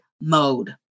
mode